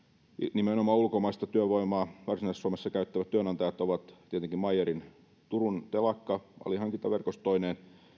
nimenomaan ulkomaista työvoimaa käyttävät työnantajat ovat tietenkin meyerin turun telakka alihankintaverkostoineen